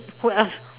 who else